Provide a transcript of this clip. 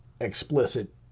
explicit